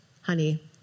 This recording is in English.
honey